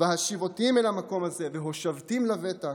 --- וַהֲשִׁבֹתִים אל המקום הזה וְהֹשַׁבְתִּים לבטח,